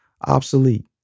obsolete